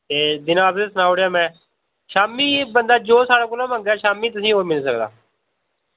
ते दिना दा बी सनाउड़ेआ में शाम्मी बंदा जो साढ़े कोला मंगै शाम्मी तुसें ई ओह् मिली सकदा